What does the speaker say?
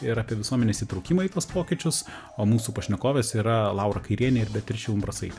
ir apie visuomenės įtraukimą į tuos pokyčius o mūsų pašnekovės yra laura kairienė ir beatričė umbrasaitė